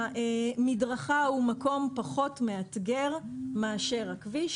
המדרכה היא מקום פחות מאתגר מאשר הכביש,